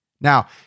Now